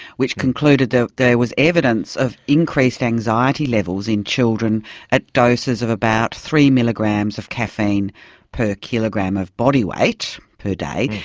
which concluded that there was evidence of increased anxiety levels in children at doses of about three milligrams of caffeine per kilogram of bodyweight per day.